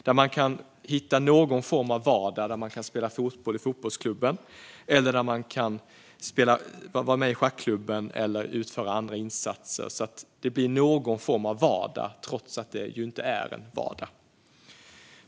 Det handlar om att hitta någon form av vardag, där man kan spela fotboll i fotbollsklubben, vara med i schackklubben eller utföra andra insatser. Det handlar om att hitta någon form av vardag trots att det ju inte är en vardag.